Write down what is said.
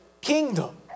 kingdom